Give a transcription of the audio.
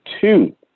two